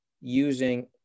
using